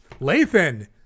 Lathan